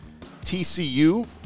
tcu